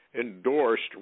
endorsed